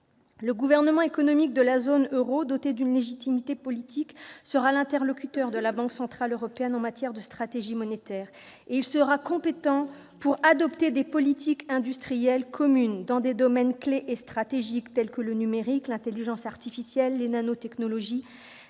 Le gouvernement économique de la zone euro, doté d'une légitimité politique, sera l'interlocuteur de la Banque centrale européenne en matière de stratégie monétaire. Il sera compétent pour adopter des politiques industrielles communes, dans des domaines clés et stratégiques, tels que le numérique, l'intelligence artificielle, les nanotechnologies,